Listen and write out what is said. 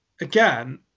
again